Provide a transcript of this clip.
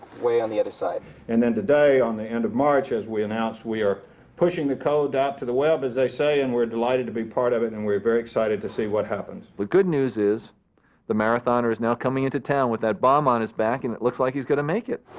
way on the other side. and then today on the end of march, as we announced, we are pushing the code out to the web as they say, and we are delighted to be part of it and we're very excited to see what happens. the good news is the marathoner is now coming into town with that bomb on his back and it looks like he's gonna make it.